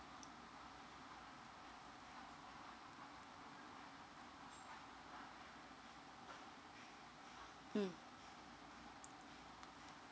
mm